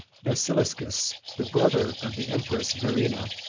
basiliscus, the brother of the empress vorina,